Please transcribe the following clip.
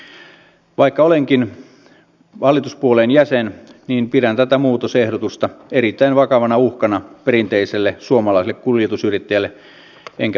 vaikka olenkin hallituspuolueen jäsen niin pidän tätä muutosehdotusta erittäin vakavana uhkana perinteiselle suomalaiselle kuljetusyrittäjälle enkä pysty tätä hyväksymään